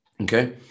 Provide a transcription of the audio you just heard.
Okay